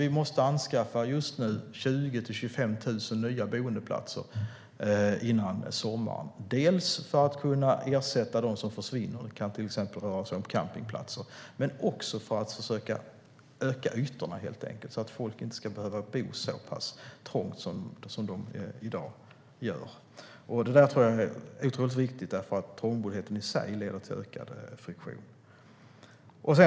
Vi måste just nu anskaffa 20 000-25 000 nya boendeplatser före sommaren, för att kunna ersätta dem som försvinner - det kan till exempel röra sig om campingplatser - men också för att försöka öka ytorna, så att folk inte ska behöva bo så trångt som i dag. Det är otroligt viktigt, för trångboddheten i sig leder till ökad friktion.